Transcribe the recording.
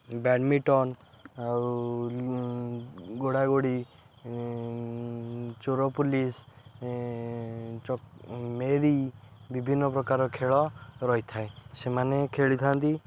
badminton ଆଉ ଗୋଡ଼ାଗୋଡ଼ି ଚୋର ପୁଲିସ୍ ମେରି ବିଭିନ୍ନପ୍ରକାର ଖେଳ ରହିଥାଏ ସେମାନେ ଖେଳିଥାନ୍ତି